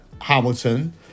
Hamilton